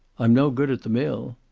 i'm no good at the mill.